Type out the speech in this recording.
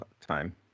time